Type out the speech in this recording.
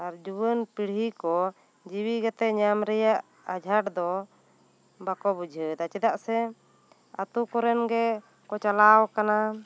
ᱟᱨ ᱡᱩᱣᱟᱹᱱ ᱯᱤᱲᱦᱤ ᱠᱚ ᱡᱩᱨᱤ ᱜᱟᱛᱮ ᱧᱟᱢ ᱨᱮᱭᱟᱜ ᱟᱡᱷᱟᱸᱴ ᱫᱚ ᱵᱟᱠᱟ ᱵᱩᱡᱷᱟᱹᱣ ᱮᱫᱟ ᱪᱮᱫᱟᱜ ᱥᱮ ᱟᱛᱳ ᱠᱚᱨᱮᱱ ᱜᱮ ᱠᱚ ᱪᱟᱞᱟᱣ ᱟᱠᱟᱱᱟ